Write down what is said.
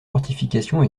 fortifications